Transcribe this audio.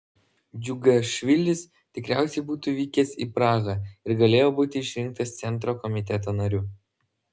džiugašvilis tikriausiai būtų vykęs į prahą ir galėjo būti išrinktas centro komiteto nariu